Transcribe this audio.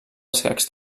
escacs